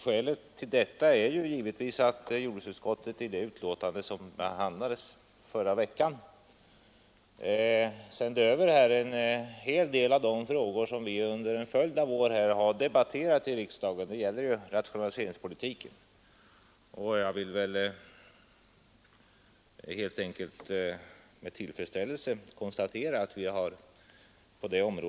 Skälet till detta är givetvis att jordbruksutskottet i det betänkande som behandlades förra veckan berörde en del av de frågor som vi under en följd av år har debatterat i riksdagen och som gäller rationaliseringspolitiken.